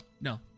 no